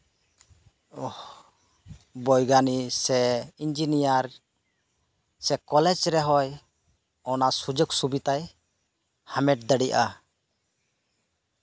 ᱵᱳᱭᱜᱟᱱᱤᱠ ᱥᱮ ᱤᱧᱡᱤᱱᱤᱭᱟᱨ ᱥᱮ ᱠᱚᱞᱮᱡ ᱨᱮᱦᱚᱭ ᱚᱱᱟ ᱥᱩᱡᱳᱜ ᱥᱩᱵᱤᱫᱷᱟᱭ ᱦᱟᱢᱮᱴ ᱫᱟᱲᱮᱭᱟᱜᱼᱟ